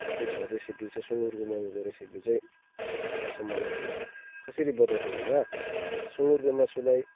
त्यस्तै छ रेसिपी चाहिँ सुँगुरको मोमोको रेसिपी चाहिँ कस्टमरलाई म कसरी बताउँछु भन्दा सुँगुरको मासुलाई